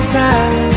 time